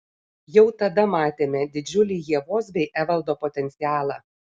jau tada matėme didžiulį ievos bei evaldo potencialą